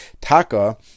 taka